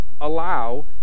allow